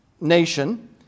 nation